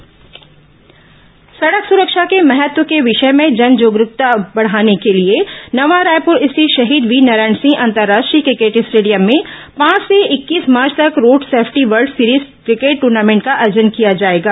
road safety cricket tournament सडक सुरक्षा के महत्व के विषय में जन जागरूकता बढाने के लिए नवा रायपुर स्थित शहीद वीरनारायण सिंह अंतर्राष्ट्रीय क्रिकेट स्टेडियम में पांच से इक्कीस मार्च तक road safety world series cricket tournament का आयोजन किया जाएगा